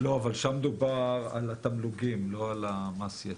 לא, אבל שם דובר על התמלוגים, לא על מס היתר.